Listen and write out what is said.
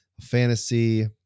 Fantasy